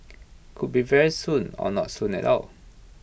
could be very soon or not so soon at all